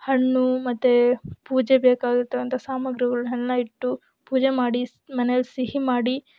ಹಣ್ಣು ಮತ್ತು ಪೂಜೆ ಬೇಕಾಗಿರತಕ್ಕಂಥ ಸಾಮಗ್ರಿಗಳ್ನೆಲ್ಲ ಇಟ್ಟು ಪೂಜೆ ಮಾಡಿ ಮನೇಲಿ ಸಿಹಿ ಮಾಡಿ